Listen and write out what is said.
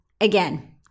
Again